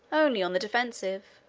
only on the defensive.